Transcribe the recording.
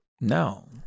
No